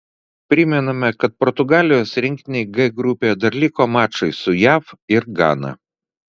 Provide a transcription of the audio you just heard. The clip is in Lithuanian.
primename kad portugalijos rinktinei g grupėje dar liko mačai su jav ir gana